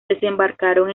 desembarcaron